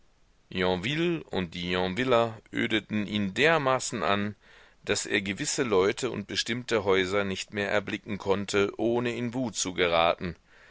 yonville und die yonviller ödeten ihn dermaßen an daß er gewisse leute und bestimmte häuser nicht mehr erblicken konnte ohne in wut zu geraten